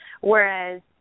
Whereas